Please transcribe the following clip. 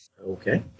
Okay